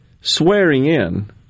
swearing-in